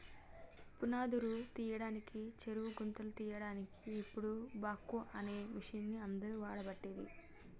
పునాదురు తీయడానికి చెరువు గుంతలు తీయడాన్కి ఇపుడు బాక్వో అనే మిషిన్ని అందరు వాడబట్టిరి